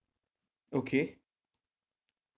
okay